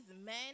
men